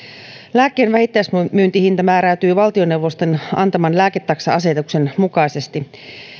lääkkeen vähittäismyyntihinta määräytyy valtioneuvoston antaman lääketaksa asetuksen mukaisesti